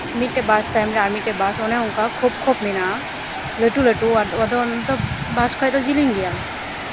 ᱢᱤᱫᱴᱮᱱ ᱵᱟᱥ ᱛᱟᱭᱚᱢ ᱨᱮ ᱟᱨ ᱢᱤᱫᱴᱟᱱ ᱵᱟᱥ ᱢᱟᱱᱮ ᱠᱷᱳᱯ ᱠᱷᱳᱯ ᱢᱮᱱᱟᱜᱼᱟ ᱞᱟᱹᱴᱩ ᱞᱟᱹᱴᱩ ᱟᱫᱚ ᱚᱱᱟᱫᱚ ᱵᱟᱥ ᱠᱷᱚᱱ ᱫᱚ ᱡᱤᱞᱤᱧ ᱜᱮᱭᱟ